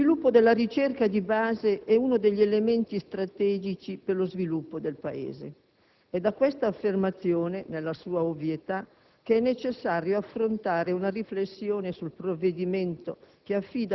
lo sviluppo della ricerca di base è uno degli elementi strategici per lo sviluppo del Paese; è da questa affermazione nella sua ovvietà che è necessario affrontare una riflessione sul provvedimento